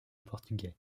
portugais